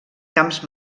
camps